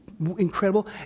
incredible